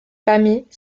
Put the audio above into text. famille